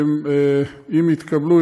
ואם הן יתקבלו,